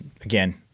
again